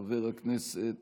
חבר הכנסת רון כץ,